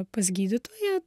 pas gydytoją